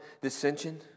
dissension